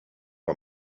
bei